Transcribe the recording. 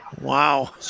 wow